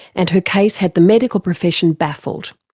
and her case had the medical profession baffled,